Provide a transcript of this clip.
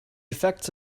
effects